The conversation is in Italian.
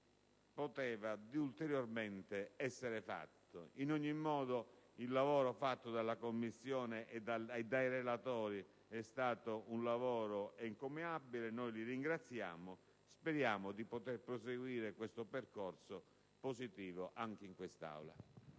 poteva ulteriormente essere fatto. In ogni modo, il lavoro svolto dalla Commissione e dai relatori è stato un lavoro encomiabile, del quale noi li ringraziamo. Speriamo di poter proseguire questo percorso positivo anche in quest'Aula.